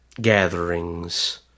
gatherings